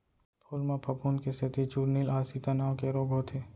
फूल म फफूंद के सेती चूर्निल आसिता नांव के रोग होथे